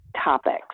topics